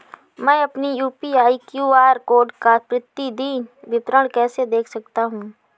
मैं अपनी UPI QR code का प्रतीदीन विवरण कैसे देख सकता हूँ?